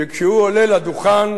שכשהוא עולה לדוכן,